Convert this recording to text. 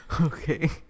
Okay